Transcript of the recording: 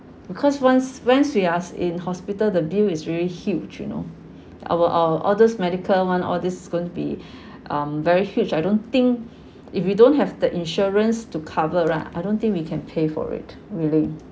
because once once we are in hospital the bill is really huge you know our all all these medical one all these going to be um very huge I don't think if you don't have the insurance to cover right I don't think we can pay for it really